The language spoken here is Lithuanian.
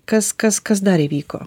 kas kas kas dar įvyko